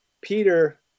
Peter